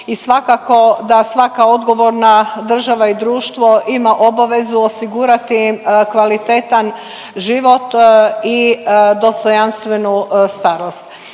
i svakako da svaka odgovorna država i društvo ima obavezu osigurati kvalitetan život i dostojanstvenu starost.